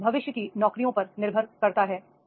यह भविष्य की नौकरियों पर निर्भर करता है